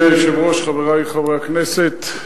אדוני היושב-ראש, חברי חברי הכנסת,